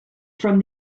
from